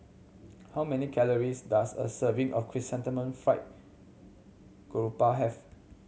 how many calories does a serving of Chrysanthemum Fried Garoupa have